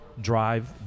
drive